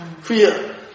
fear